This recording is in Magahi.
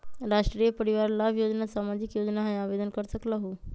राष्ट्रीय परिवार लाभ योजना सामाजिक योजना है आवेदन कर सकलहु?